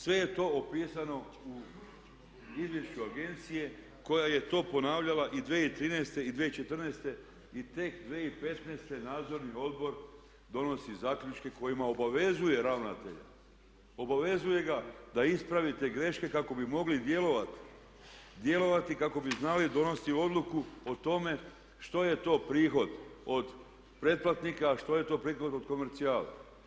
Sve je to opisano u izvješću agencije koja je to ponavljala i 2013. i 2014. i tek 2015. nadzorni odbor donosi zaključke kojima obavezuje ravnatelja, obavezuje ga da ispravi te greške kako bi mogli djelovati kako bi znali donositi odluku o tome što je to prihod od pretplatnika a što je to prihod od komercijale.